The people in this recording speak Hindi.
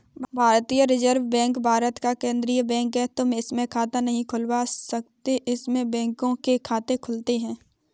भारतीय रिजर्व बैंक भारत का केन्द्रीय बैंक है, तुम इसमें खाता नहीं खुलवा सकते इसमें बैंकों के खाते खुलते हैं